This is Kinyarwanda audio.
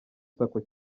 sacco